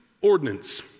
ordinance